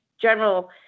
general